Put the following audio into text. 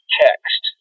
text